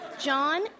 John